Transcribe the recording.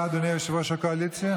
סלקטיבית.